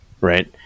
right